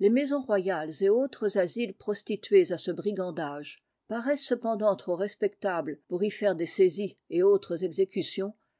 les maisons royales et autres asiles prostitués à ce brigandage paraissent cependant trop respectables pour y faire des saisies et autres exécutions